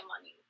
money